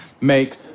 make